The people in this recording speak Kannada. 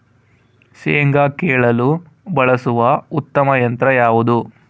ಶೇಂಗಾ ಕೇಳಲು ಬಳಸುವ ಉತ್ತಮ ಯಂತ್ರ ಯಾವುದು?